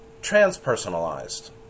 transpersonalized